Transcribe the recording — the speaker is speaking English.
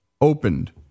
opened